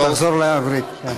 טוב, תחזור לעברית.